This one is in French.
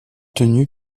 tenu